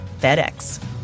FedEx